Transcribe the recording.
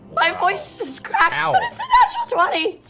my voice just cracked, but it's a natural twenty.